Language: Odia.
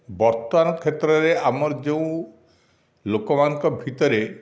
ବର୍ତ୍ତମାନ କ୍ଷେତ୍ରରେ ଆମର ଯେଉଁ ଲୋକମାନଙ୍କ ଭିତରେ